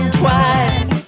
twice